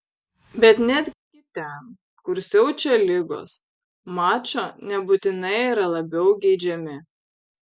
bet netgi ten kur siaučia ligos mačo nebūtinai yra labiau geidžiami